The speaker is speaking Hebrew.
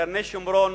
קרני-שומרון,